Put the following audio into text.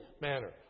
manner